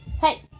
Hey